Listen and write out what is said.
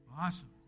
Awesome